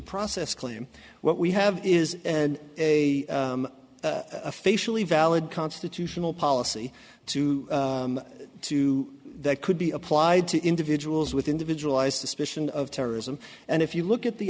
process claim what we have is a facially valid constitutional policy to two that could be applied to individuals with individualized suspicion of terrorism and if you look at the